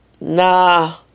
Nah